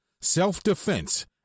self-defense